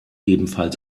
ebenfalls